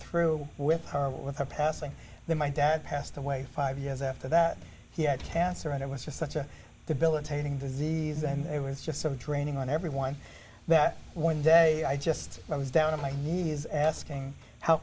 through with her with her passing the my dad passed away five years after that he had cancer and it was just such a debilitating disease and it was just so draining on everyone that one day i just i was down in like he is asking how